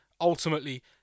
ultimately